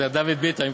זה דוד ביטן.